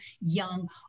young